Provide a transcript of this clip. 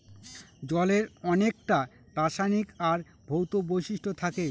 জলের অনেককটা রাসায়নিক আর ভৌত বৈশিষ্ট্য থাকে